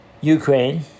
Ukraine